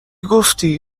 گفتی